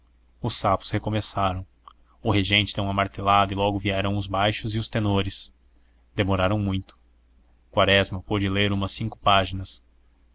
os sapos recomeçaram o regente deu uma martelada e logo vieram os baixos e os tenores demoraram muito quaresma pôde ler umas cinco páginas